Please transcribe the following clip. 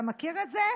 אתה מכיר את זה?